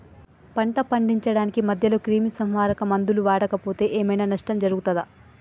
పంట పండించడానికి మధ్యలో క్రిమిసంహరక మందులు వాడకపోతే ఏం ఐనా నష్టం జరుగుతదా?